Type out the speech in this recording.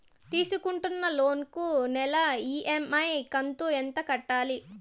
తీసుకుంటున్న లోను కు నెల ఇ.ఎం.ఐ కంతు ఎంత కట్టాలి?